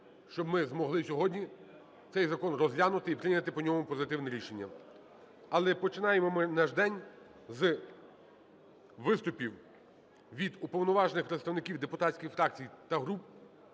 щоб ми змогли сьогодні цей закон розглянути і прийняти по ньому позитивне рішення. Але починаємо ми наш день з виступів від уповноважених представників депутатських фракцій та груп.